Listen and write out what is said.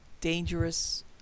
dangerous